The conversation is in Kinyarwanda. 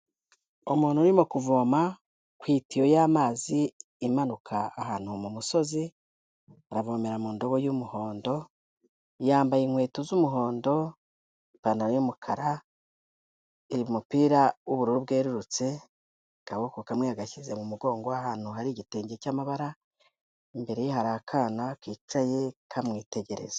Umuntu urimo kuvoma ku itiyo y'amazi imanuka ahantu mu musozi, aravomera mu ndobo y'umuhondo, yambaye inkweto z'umuhondo, ipantaro y'umukara, umupira w'ubururu bwererutse, akaboko kamwe yagashyize mu mugongo ahantu hari igitenge cy'amabara, imbere hari akana kicaye kamwitegereza.